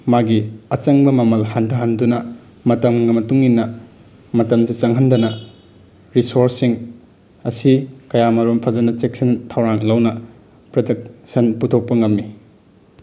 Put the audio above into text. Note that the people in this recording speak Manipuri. ꯃꯥꯒꯤ ꯑꯆꯪꯕ ꯃꯃꯜ ꯍꯟꯊꯍꯟꯗꯨꯅ ꯃꯇꯝꯒꯤ ꯃꯇꯨꯡꯏꯟꯅ ꯃꯇꯝꯁꯦ ꯆꯪꯍꯟꯗꯅ ꯔꯤꯁꯣꯔꯁꯁꯤꯡ ꯑꯁꯤ ꯀꯌꯥ ꯑꯃꯔꯣꯝ ꯐꯖꯅ ꯆꯦꯛꯁꯤꯟ ꯊꯧꯔꯥꯡ ꯂꯧꯅ ꯄ꯭ꯔꯗꯛꯁꯟ ꯄꯨꯊꯣꯛꯄ ꯉꯝꯃꯤ